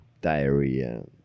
diarrhea